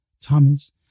Thomas